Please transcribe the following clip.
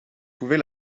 pouvez